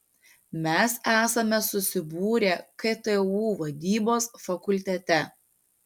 mes esame susibūrę ktu vadybos fakultete